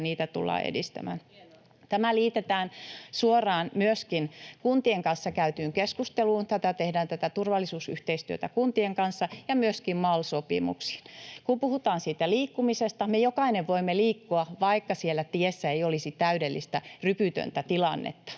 Kymäläinen: Hienoa!] Tämä liitetään suoraan myöskin kuntien kanssa käytyyn keskusteluun — tätä turvallisuusyhteistyötä tehdään kuntien kanssa — ja myöskin MAL-sopimuksiin. Kun puhutaan liikkumisesta, me jokainen voimme liikkua, vaikka siellä tiessä ei olisi täydellistä, rypytöntä tilannetta.